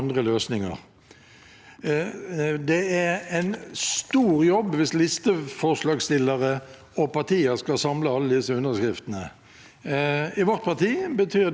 I vårt parti betyr det at man skal samle ca. 8 000 underskrifter. Det er en svær jobb. Det må finnes løsninger som gjør at dette kan gjøres,